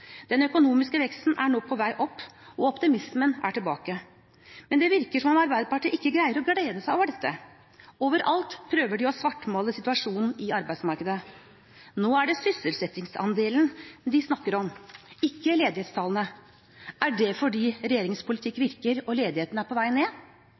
Den økonomiske veksten er nå på vei opp, og optimismen er tilbake. Men det virker som om Arbeiderpartiet ikke greier å glede seg over dette. Overalt prøver de å svartmale situasjonen i arbeidsmarkedet. Nå er det sysselsettingsandelen de snakker om – ikke ledighetstallene. Er det fordi regjeringens politikk